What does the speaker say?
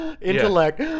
intellect